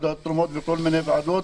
תרומות וכל מיני ועדות,